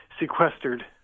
sequestered